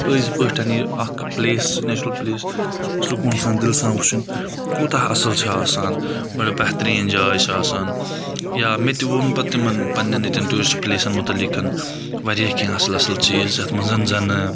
پٔزۍ پٲٹھۍ یہِ اَکھ پٕلیس نیچرَل پٕلیس سُہ کُن سان دِل سان وٕچھُن کوٗتاہ اَصٕل چھِ آسان بَڑٕ بہتریٖن جاے چھِ آسان یا مےٚ تہِ ووٚن پَتہٕ تِمَن پَننؠن ییٚتؠن ٹیوٗرِسٹہٕ پٕلیسَن مُتَلقَن واریاہ کینٛہہ اَصٕل اَصٕل چیٖز یَتھ منٛز زَن